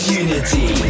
unity